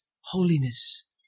holiness